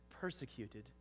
persecuted